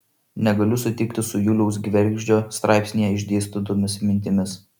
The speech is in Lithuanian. negaliu sutikti su juliaus gvergždžio straipsnyje išdėstytomis mintimis